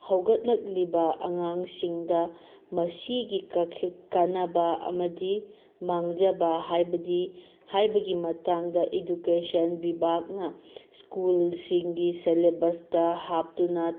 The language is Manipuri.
ꯍꯧꯒꯠꯂꯛꯂꯤꯕ ꯑꯉꯥꯡꯁꯤꯡꯗ ꯃꯁꯤꯒꯤ ꯀꯥꯟꯅꯕ ꯑꯃꯗꯤ ꯃꯥꯡꯖꯕ ꯍꯥꯏꯕꯗꯤ ꯍꯥꯏꯕꯒꯤ ꯃꯇꯥꯡꯗ ꯏꯗꯨꯀꯦꯁꯟ ꯕꯤꯕꯥꯛꯅ ꯁ꯭ꯀꯨꯜꯁꯤꯡꯒꯤ ꯁꯦꯂꯦꯕꯁꯇ ꯍꯥꯞꯇꯨꯅ